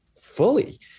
fully